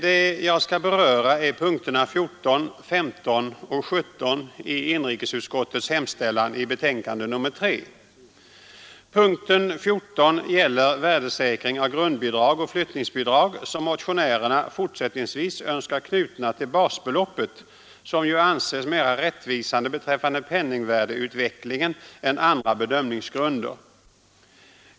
Det jag skall beröra är punkterna 14, 15 och 17 i inrikesutskottets hemställan i betänkande nr 3. Punkten 14 gäller värdesäkring av grundbidrag och flyttningsbidrag, som motionärerna fortsättningsvis önskar knutna till basbeloppet, som ju anses mera rättvisande beträffande penningvärdeutvecklingen än andra bedömningsgrunder.